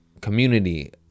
community